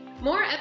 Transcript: More